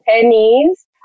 pennies